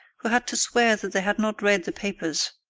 who had to swear that they had not read the papers,